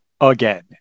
again